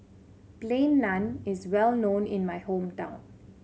Plain Naan is well known in my hometown